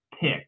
pick